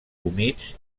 humits